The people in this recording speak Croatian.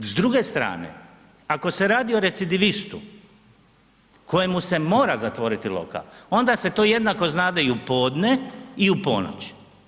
S druge strane ako se radi o recidivistu kojemu se mora zatvoriti lokal onda se to jednako znade i u podne i u ponoć.